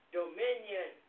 dominion